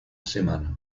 semana